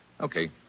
Okay